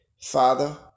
father